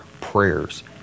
prayers